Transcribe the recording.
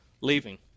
leaving